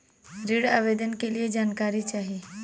ऋण आवेदन के लिए जानकारी चाही?